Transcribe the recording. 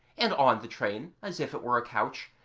and on the train, as if it were a couch,